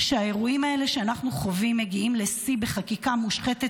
שהאירועים האלה שאנחנו חווים מגיעים לשיא בחקיקה מושחתת